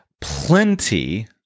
plenty